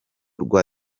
rwa